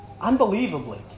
Unbelievably